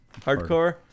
Hardcore